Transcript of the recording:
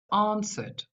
answered